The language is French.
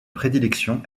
prédilection